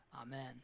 amen